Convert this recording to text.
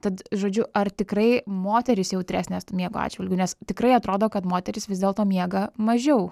tad žodžiu ar tikrai moterys jautresnės t miego atžvilgiu nes tikrai atrodo kad moterys vis dėlto miega mažiau